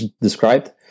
described